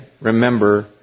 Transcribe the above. remember